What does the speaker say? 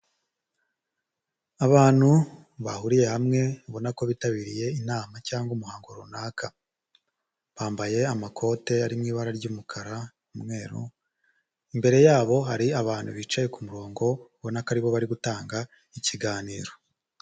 Abantu bahuriye hamwe ubona ko bitabiriye inama cyangwa umuhango runaka, bambaye amakote ari mu ibara ry'umukara n'umweru, imbere yabo hari abantu bicaye ku murongo ubona ko aribo bari gutanga ikiganiro.